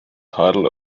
title